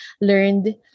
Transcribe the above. learned